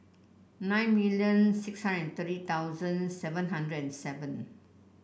nine million six hundred and thirty thousand seven hundred and seven